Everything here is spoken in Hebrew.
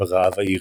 ברעב האירי.